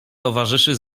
towarzyszy